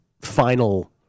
final